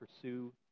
pursue